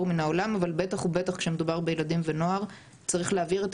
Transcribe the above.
מן העולם אבל בטח ובטח כשמדובר בילדים ונוער צריך להעביר את